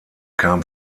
kam